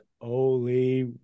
holy